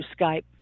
Skype